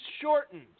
shortened